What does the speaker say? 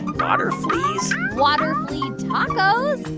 are water flea water flea tacos.